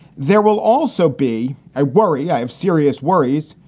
there will also be, i worry, i have serious worries.